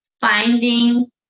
finding